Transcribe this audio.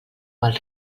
val